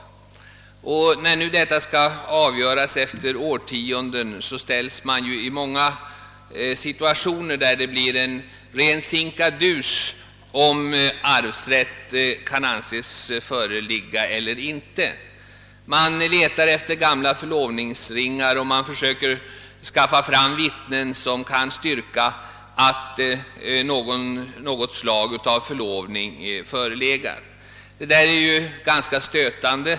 Men då det verkliga förhållandet skall klarläggas efter årtionden ställs man inför många situationer där det blir en ren sinkadus, om arvsrätt kan anses föreligga eller inte; man letar efter gamla förlovningsringar och försöker skaffa fram vittnen som kan styrka att något slag av förlovning förelegat. Detta är onekligen ganska stötande.